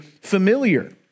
familiar